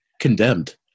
Condemned